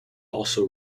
also